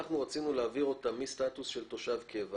רצינו להעביר אותם מסטטוס של תושבי קבע